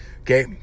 Okay